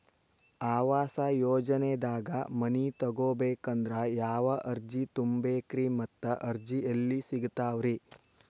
ಆವಾಸ ಯೋಜನೆದಾಗ ಮನಿ ತೊಗೋಬೇಕಂದ್ರ ಯಾವ ಅರ್ಜಿ ತುಂಬೇಕ್ರಿ ಮತ್ತ ಅರ್ಜಿ ಎಲ್ಲಿ ಸಿಗತಾವ್ರಿ?